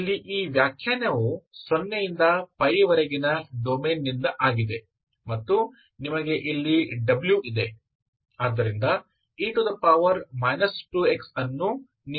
ಇಲ್ಲಿ ಈ ವ್ಯಾಖ್ಯಾನವು 0 ದಿಂದ ವರೆಗಿನ ಡೊಮೇನ್ನಿಂದ ಆಗಿದೆ ಮತ್ತು ನಿಮಗೆ ಇಲ್ಲಿ w ಇದೆ ಆದ್ದರಿಂದ e 2x ಅನ್ನು ನೀವು ಇದರೊಂದಿಗೆ ಭಾಗಿಸಬಹುದು